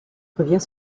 revient